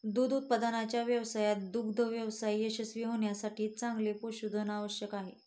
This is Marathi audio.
दूध उत्पादनाच्या व्यवसायात दुग्ध व्यवसाय यशस्वी होण्यासाठी चांगले पशुधन आवश्यक आहे